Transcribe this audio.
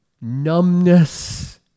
numbness